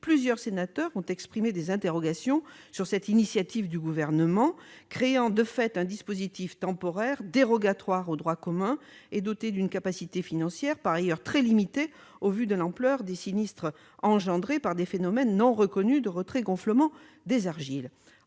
plusieurs sénateurs ont exprimé des interrogations sur cette initiative du Gouvernement. Celle-ci crée, de fait, un dispositif temporaire dérogatoire au droit commun et doté d'une capacité financière par ailleurs très limitée au vu de l'ampleur des sinistres engendrés par des phénomènes non reconnus de retrait-gonflement des argiles.